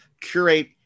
curate